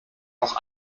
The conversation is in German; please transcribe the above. auch